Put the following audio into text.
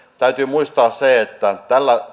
täytyy muistaa se että